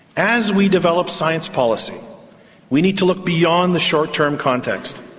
as we develop science policy we need to look beyond the short-term context,